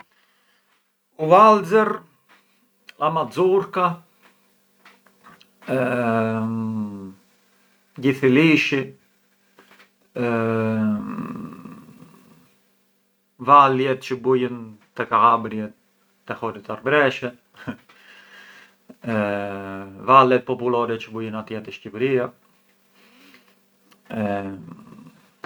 U valzer, a mazurka, gjith i lisci, valjat çë bujën te Kalabria, te horët arbëreshe, valet popullore çë bujën te Shqipëria.